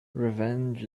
revenge